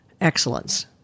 Excellence